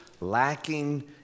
lacking